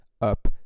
Up